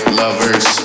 lovers